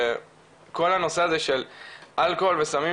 וכל הנושא הזה של אלכוהול וסמים,